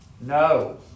No